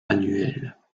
annuelles